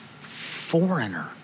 foreigner